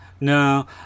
No